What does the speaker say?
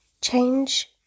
change